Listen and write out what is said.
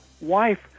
wife